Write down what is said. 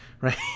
right